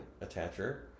attacher